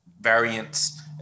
variants